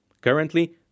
Currently